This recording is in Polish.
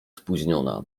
spóźniona